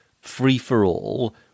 free-for-all